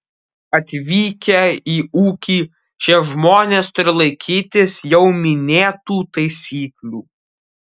atvykę į ūkį šie žmonės turi laikytis jau minėtų taisyklių